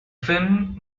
film